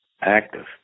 active